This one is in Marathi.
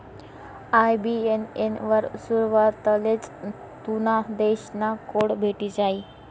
आय.बी.ए.एन वर सुरवातलेच तुना देश ना कोड भेटी जायी